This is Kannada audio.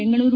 ಬೆಂಗಳೂರು